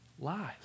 Lies